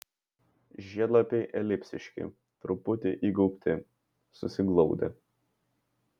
žiedlapiai elipsiški truputį įgaubti susiglaudę